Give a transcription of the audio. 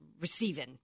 receiving